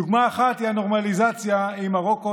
דוגמה אחת היא הנורמליזציה עם מרוקו,